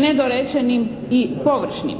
nedorečenim i površnim.